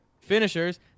finishers